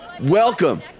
Welcome